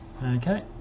Okay